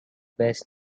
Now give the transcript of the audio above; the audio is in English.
best